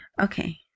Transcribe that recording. Okay